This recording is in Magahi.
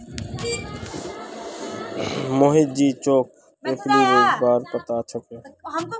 मोहित जी तोक एपियोलॉजीर बारे पता छोक